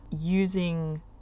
using